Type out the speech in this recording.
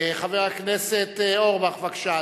חבר הכנסת אורבך, בבקשה,